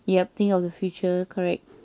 yup think of the future correct